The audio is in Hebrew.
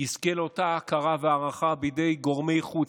יזכה לאותה הכרה והערכה בידי גורמי חוץ?